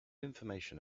information